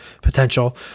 potential